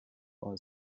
are